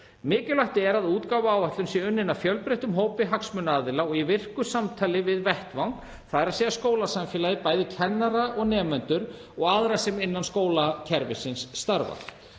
Mikilvægt er að útgáfuáætlun sé unnin af fjölbreyttum hópi hagsmunaaðila og í virku samtali við vettvang, þ.e. skólasamfélagið, bæði kennara og nemendur og aðra sem innan skólakerfisins starfa.